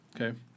Okay